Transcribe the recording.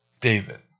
David